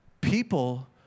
People